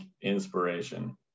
inspiration